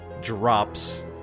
drops